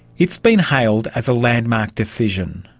it's been hailed as a landmark decision,